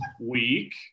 week